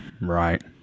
Right